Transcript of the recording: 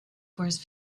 force